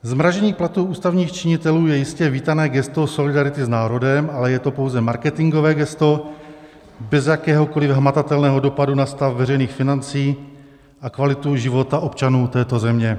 Zmrazení platů ústavních činitelů je jistě vítané gesto solidarity s národem, ale je to pouze marketingové gesto bez jakéhokoliv hmatatelného dopadu na stav veřejných financí a kvalitu života občanů této země.